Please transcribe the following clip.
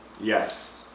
Yes